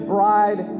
Bride